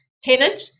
tenant